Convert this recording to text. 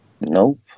Nope